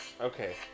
Okay